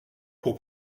pour